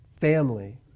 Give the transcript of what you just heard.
family